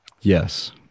Yes